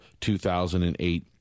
2008